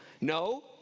No